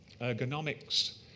Ergonomics